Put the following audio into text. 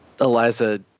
eliza